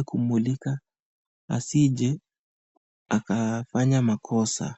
akimulika ili asije akafanya makosa.